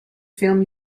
film